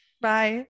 Bye